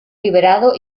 liberado